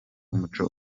w’umuco